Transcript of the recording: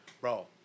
Bro